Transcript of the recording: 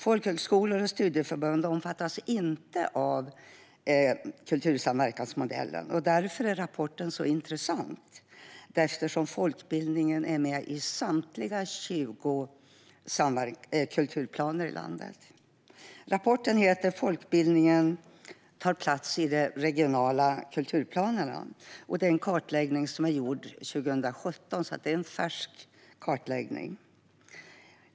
Folkhögskolor och studieförbund omfattas inte av kultursamverkansmodellen. Därför är rapporten så intressant eftersom folkbildningen är med i samtliga 20 kulturplaner i landet. Rapporten Folkbildningen tar plats i de regionala kulturplanerna innehåller en kartläggning som är gjord 2017. Det är alltså en färsk kartläggning.